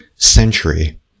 century